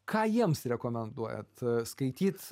ką jiems rekomenduojat skaityt